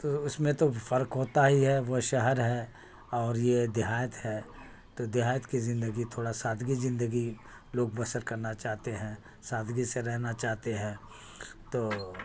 تو اس میں تو فرق ہوتا ہی ہے وہ شہر ہے اور یہ دیہات ہے تو دیہات کی زندگی تھوڑا سادگی زندگی لوگ بسر کرنا چاہتے ہیں سادگی سے رہنا چاہتے ہیں تو